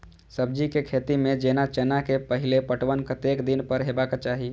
सब्जी के खेती में जेना चना के पहिले पटवन कतेक दिन पर हेबाक चाही?